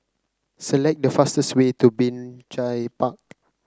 select the fastest way to Binjai Park